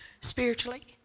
spiritually